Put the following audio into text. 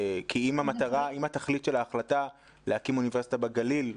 אם התכלית של ההחלטה היא להקים אוניברסיטה בגליל,